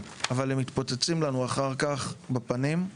אבל הם מתפוצצים לנו אחר כך בפנים.